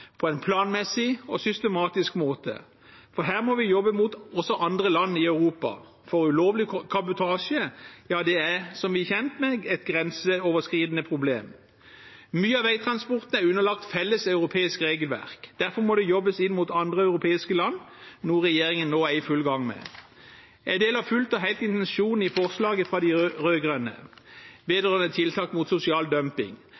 på en planmessig og systematisk måte. Her må vi også jobbe mot andre land i Europa, for ulovlig kabotasje er, som vi er kjent med, et grenseoverskridende problem. Mye av veitransporten er underlagt felles europeisk regelverk. Derfor må det jobbes inn mot andre europeiske land, noe regjeringen nå er i full gang med. Jeg deler fullt og helt intensjonen i forslaget fra de rød-grønne vedrørende tiltak mot sosial dumping,